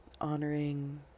honoring